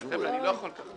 חבר'ה, אני לא יכול ככה.